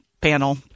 panel